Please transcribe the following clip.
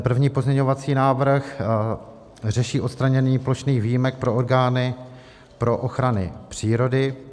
První pozměňovací návrh řeší odstranění plošných výjimek pro orgány pro ochranu přírody.